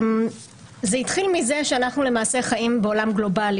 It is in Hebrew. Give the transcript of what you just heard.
זה התחיל מזה שאנחנו למעשה חיים בעולם גלובלי.